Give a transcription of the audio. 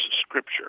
Scripture